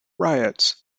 riots